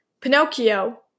Pinocchio